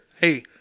Hey